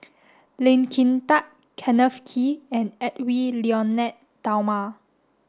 Lee Kin Tat Kenneth Kee and Edwy Lyonet Talma